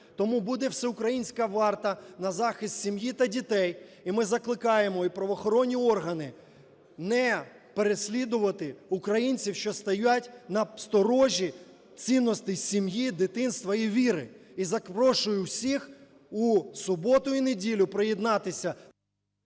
Тому буде всеукраїнська варта на захист сім'ї та дітей. І ми закликаємо і правоохоронні органи не переслідувати українців, що стоять на сторожі цінностей сім'ї, дитинства і віри. І запрошую всіх у суботу і неділю приєднатися…